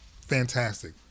fantastic